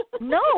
No